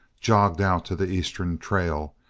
jogged out to the eastern trail,